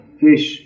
fish